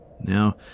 Now